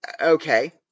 okay